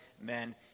men